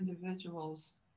individuals